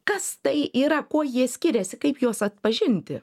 kas tai yra kuo jie skiriasi kaip juos atpažinti